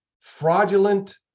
fraudulent